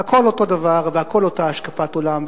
והכול אותו דבר, והכול אותה השקפת עולם.